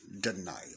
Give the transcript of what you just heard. denial